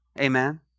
Amen